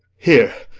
here,